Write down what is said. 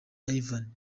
ivan